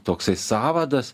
toksai sąvadas